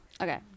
Okay